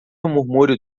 murmúrio